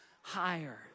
higher